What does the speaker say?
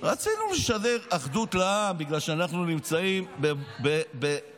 שרצינו לשדר אחדות לעם בגלל שאנחנו נמצאים בקטסטרופה,